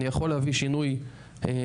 אני יכול להביא שינוי אמיתי,